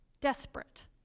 desperate